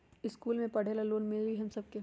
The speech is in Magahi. इश्कुल मे पढे ले लोन हम सब के मिली?